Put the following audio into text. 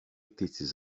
teaches